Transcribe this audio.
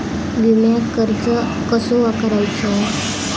विम्याक अर्ज कसो करायचो?